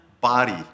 body